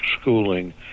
schooling